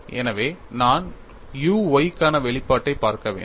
எனவே நான் u y க்கான வெளிப்பாட்டைப் பார்க்க வேண்டும்